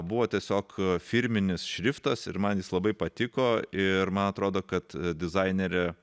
buvo tiesiog firminis šriftas ir man jis labai patiko ir man atrodo kad dizainerė